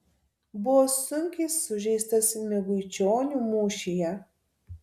buvo sunkiai sužeistas miguičionių mūšyje